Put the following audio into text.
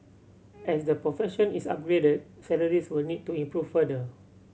as the profession is upgraded salaries will need to improve further